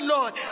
Lord